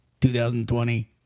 2020